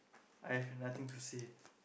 I have nothing to say